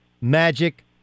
Magic